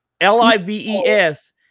l-i-v-e-s